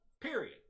period